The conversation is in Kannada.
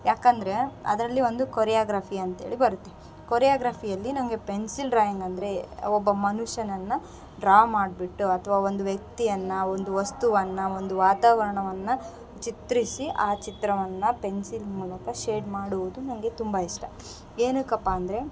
ಯಾಕಂದರೆ ಅದರಲ್ಲಿ ಒಂದು ಕೊರಿಯಾಗ್ರಫಿ ಅಂತೇಳಿ ಬರುತ್ತೆ ಕೊರಿಯಾಗ್ರಫಿಯಲ್ಲಿ ನಂಗೆ ಪೆನ್ಸಿಲ್ ಡ್ರಾಯಿಂಗ್ ಅಂದರೆ ಒಬ್ಬ ಮನುಷ್ಯನನ್ನು ಡ್ರಾ ಮಾಡ್ಬಿಟ್ಟು ಅಥ್ವ ಒಂದು ವ್ಯಕ್ತಿಯನ್ನು ಒಂದು ವಸ್ತುವನ್ನು ಒಂದು ವಾತಾವರಣವನ್ನು ಚಿತ್ರಿಸಿ ಆ ಚಿತ್ರವನ್ನು ಪೆನ್ಸಿಲ್ ಮೂಲಕ ಶೇಡ್ ಮಾಡುವುದು ನಂಗೆ ತುಂಬ ಇಷ್ಟ ಏನಕಪ್ಪ ಅಂದರೆ